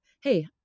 Hey